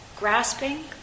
grasping